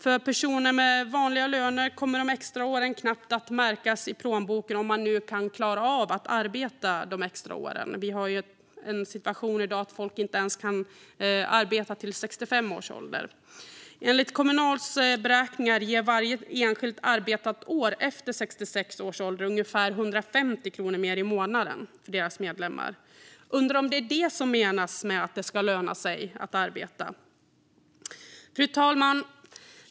För personer med vanliga löner kommer de extra åren knappt att märkas i plånboken, om man ens kan klara av att arbeta de extra åren. Vi har ju en situation i dag där folk inte ens kan arbeta till 65 års ålder. Enligt Kommunals beräkningar ger varje enskilt arbetat år efter 66 års ålder ungefär 150 kronor mer i månaden för deras medlemmar. Undrar om det är detta som menas med att det ska löna sig att arbeta? Fru talman!